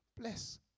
Bless